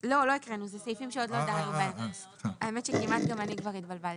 עבודתה של הוועדה,